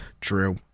true